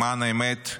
למען האמת,